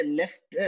left